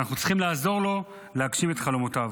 ואנחנו צריכים לעזור לו להגשים את חלומותיו.